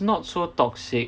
not so toxic